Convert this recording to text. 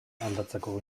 aldatzeko